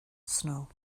snow